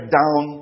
down